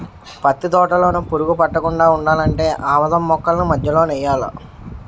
పత్తి తోటలోన పురుగు పట్టకుండా ఉండాలంటే ఆమదం మొక్కల్ని మధ్యలో నెయ్యాలా